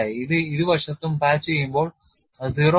ഇത് ഇരുവശത്തും പാച്ച് ചെയ്യുമ്പോൾ അത് 0